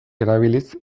erabiliz